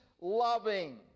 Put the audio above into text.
loving